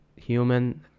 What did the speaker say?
Human